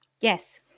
Yes